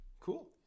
Cool